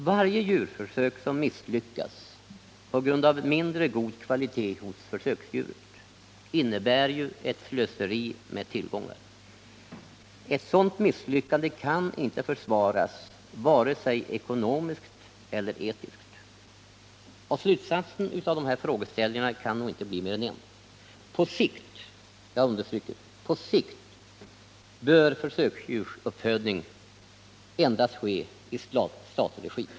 Varje djurförsök som misslyckas på grund av mindre god kvalitet hos 101 försöksdjuret innebär ju ett slöseri med tillgångar. Ett sådant misslyckande kan inte försvaras vare sig ekonomiskt eller etiskt. Slutsatsen av dessa frågeställningar kan nog inte bli mer än en: på sikt - jag understryker på sikt — bör försöksdjursuppfödningen endast ske i statlig regi.